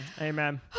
Amen